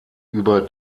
über